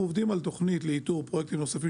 אנחנו עובדים על תכנית לאיתור פרויקטים נוספים